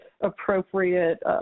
appropriate